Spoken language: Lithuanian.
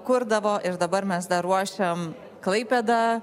kurdavo ir dabar mes dar ruošiam klaipėda